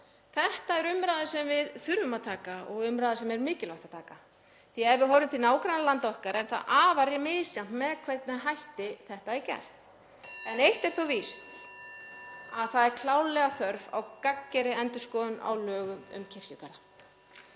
Þetta er umræða sem við þurfum að taka og umræða sem er mikilvægt að taka. Ef við horfum til nágrannalanda okkar er afar misjafnt með hvernig hætti þetta er gert. (Forseti hringir.) En eitt er þó víst, það er klárlega þörf á gagngerri endurskoðun á lögum um kirkjugarða.